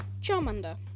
Charmander